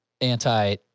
anti